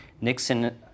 Nixon